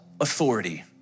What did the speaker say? authority